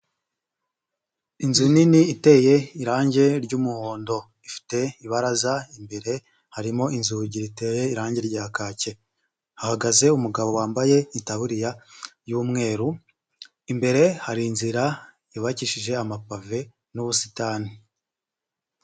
Inzu nini iteye irangi ry'umuhondo ifite ibaraza imbere, harimo inzugi riteye irangi rya kake, hahagaze umugabo wambaye itabuririya y’umweru, imbere hari inzira yubakishije amapave n’ubusitani.